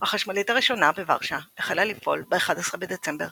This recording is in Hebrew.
החשמלית הראשונה בוורשה החלה לפעול ב-11 בדצמבר